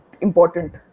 important